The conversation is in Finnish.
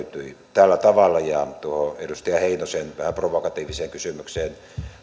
tällä tavalla ja tuohon edustaja heinosen vähän provokatiiviseen kysymykseen